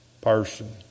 person